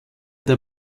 der